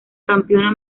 campeona